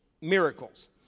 miracles